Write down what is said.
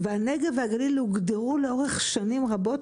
והנגב והגליל הוגדרו לאורך שנים רבות